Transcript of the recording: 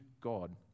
God